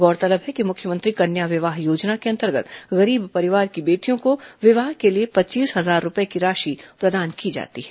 गौरतलब है कि मुख्यमंत्री कन्या विवाह योजना के अंतर्गत गरीब परिवारों को बेटियों के विवाह के लिए पच्चीस हजार रूपये की राशि प्रदान की जाती है